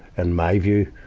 and my view,